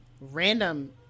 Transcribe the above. random